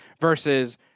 versus